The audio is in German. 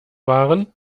waren